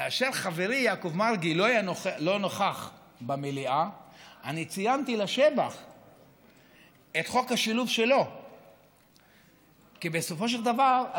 חברי יעקב מרגי לפני דקות ספורות שזכותו וחובתו של משרד החינוך